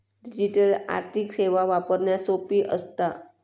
digital आर्थिक सेवा वापरण्यास सोपी असता